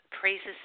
Praises